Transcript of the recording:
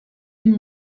une